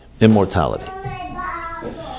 immortality